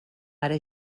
ara